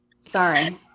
Sorry